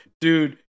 dude